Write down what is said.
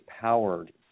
powered